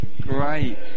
Great